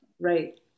right